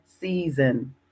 season